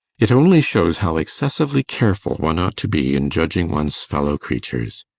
it only shows how excessively careful one ought to be in judging one's fellow creatures.